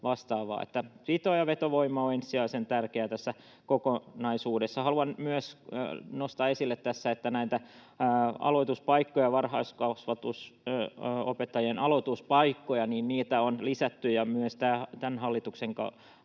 pito- ja vetovoima on ensisijaisen tärkeää tässä kokonaisuudessa. Haluan myös nostaa esille tässä, että näitä varhaiskasvatuksen opettajien aloituspaikkoja on lisätty, ja myös tämän hallituskauden